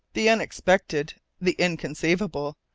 the unexpected, the inconceivable,